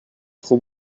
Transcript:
trop